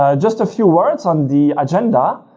ah just a few words on the agenda,